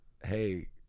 hey